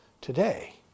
today